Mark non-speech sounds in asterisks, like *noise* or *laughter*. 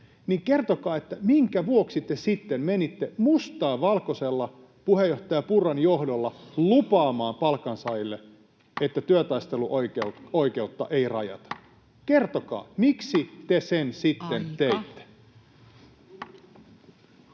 kertokaa, minkä vuoksi te sitten menitte mustaa valkoisella puheenjohtaja Purran johdolla lupaamaan palkansaajille, *noise* että työtaisteluoikeutta ei rajata? Kertokaa, miksi te sen sitten teitte.